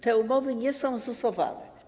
Te umowy nie są ozusowane.